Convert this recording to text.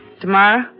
Tomorrow